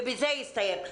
ובזה זה יסתיים.